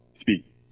speak